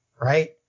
Right